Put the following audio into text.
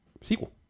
sequel